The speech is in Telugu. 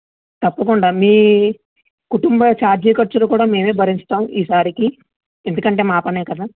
తప్పకుండా మీ కుటుంబ ఛార్జీ ఖర్చులు కూడా మేమే భరిస్తాము ఈ సారికి ఎందుకంటే మా పనే కదా